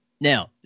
now